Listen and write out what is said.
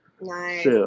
Nice